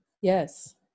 Yes